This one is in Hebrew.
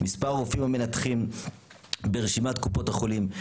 מספר הרופאים המנתחים ברשימת קופות החולים,